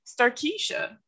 Starkeisha